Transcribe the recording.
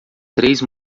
três